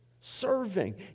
Serving